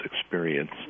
experience